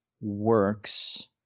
works